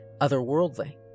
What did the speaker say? otherworldly